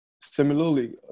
Similarly